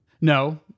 No